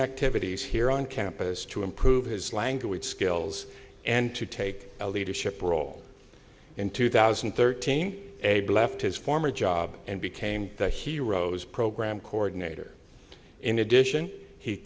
activities here on campus to improve his language skills and to take a leadership role in two thousand and thirteen a bluff his former job and became the heroes program coordinator in addition he